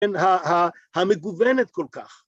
‫המגוונת כל כך.